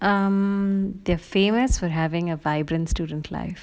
um they're famous for having a vibrant student life